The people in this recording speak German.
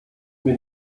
mir